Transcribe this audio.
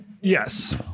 Yes